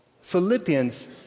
Philippians